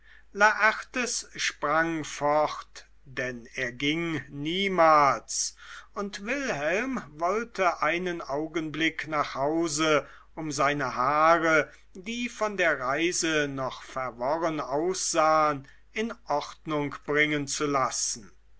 laertes sprang fort denn er ging niemals und wilhelm wollte einen augenblick nach hause um seine haare die von der reise noch verworren aussahen in ordnung bringen zu lassen